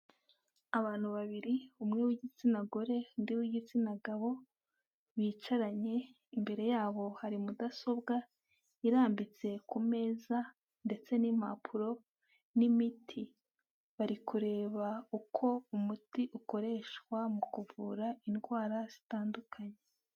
Abantu babiri, umwe w'igitsina gore undi w'igitsina gabo bicaranye, imbere yabo hari mudasobwa irambitse ku meza ndetse n'impapuro n'imiti. Bari kureba uko umuti ukoreshwa mu kuvura indwara zitandukanye.